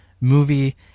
movie